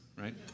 right